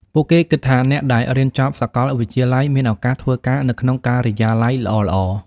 ពួកគេគិតថាអ្នកដែលរៀនចប់សាកលវិទ្យាល័យមានឱកាសធ្វើការនៅក្នុងការិយាល័យល្អៗ។